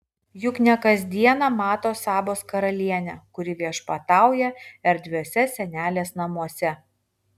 juk ne kas dieną mato sabos karalienę kuri viešpatauja erdviuose senelės namuose